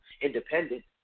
independent